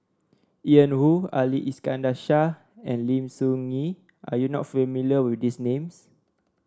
Ian Woo Ali Iskandar Shah and Lim Soo Ngee are you not familiar with these names